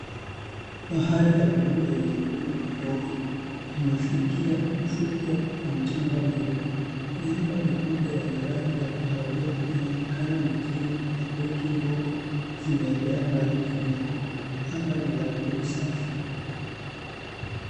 Bahari ya buluu yenye mawimbi madogo yamefikia ufukwe wa mchanga mweupe. Miamba mikubwa yenye rangi ya kahawia inaonekana majini na boti ndogo zimeelea mbali kidogo. Anga ni la buluu safi.